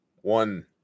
One